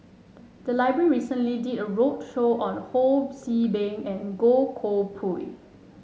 the library recently did a roadshow on Ho See Beng and Goh Koh Pui